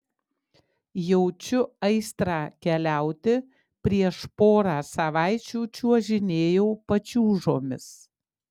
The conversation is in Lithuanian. jaučiu aistrą keliauti prieš porą savaičių čiuožinėjau pačiūžomis